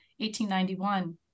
1891